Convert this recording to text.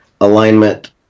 alignment